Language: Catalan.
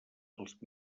els